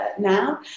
now